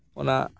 ᱚᱱᱟ